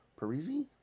Parisi